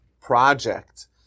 project